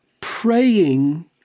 praying